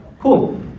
Cool